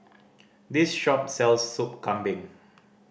this shop sells Sup Kambing